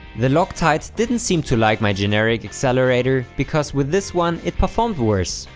the loctite didn't seem to like my generic accelerator because with this one it performed worse.